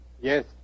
Yes